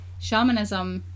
shamanism